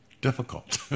difficult